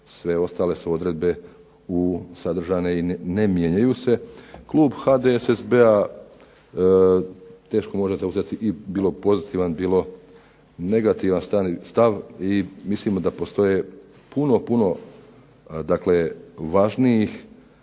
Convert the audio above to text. sve ostale su odredbe sadržane i ne mijenjaju se. Klub HDSSB-a teško može zauzeti bilo pozitivan bilo negativan stav i mislimo da postoji puno, puno važnijih,